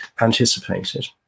anticipated